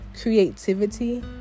creativity